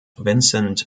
vincent